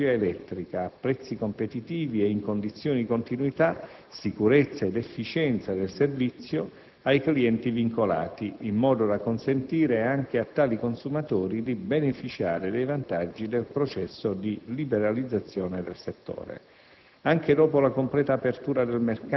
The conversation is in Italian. di assicurare la fornitura di energia elettrica, a prezzi competitivi e in condizioni di continuità, sicurezza ed efficienza del servizio, ai "clienti vincolati", in modo da consentire anche a tali consumatori di beneficiare dei vantaggi del processo di liberalizzazione del settore.